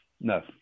no